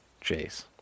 Chase